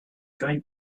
going